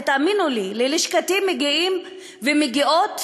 ותאמינו לי: ללשכתי מגיעים סיפורים